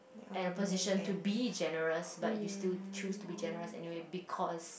at a position to be generous but you still choose to be generous anyway because